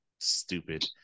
stupid